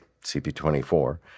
CP24